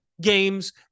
games